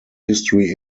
history